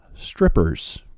strippers